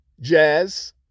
jazz